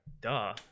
Duh